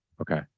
okay